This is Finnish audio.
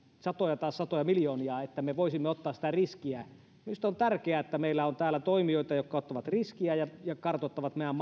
satoja miljoonia että me voisimme ottaa sen riskin minusta on tärkeää että meillä on täällä toimijoita jotka ottavat riskin ja kartoittavat meidän